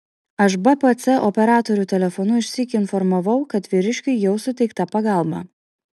aš bpc operatorių telefonu išsyk informavau kad vyriškiui jau suteikta pagalba